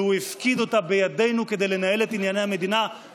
והוא הפקיד אותה בידינו כדי לנהל את ענייני המדינה,